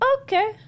okay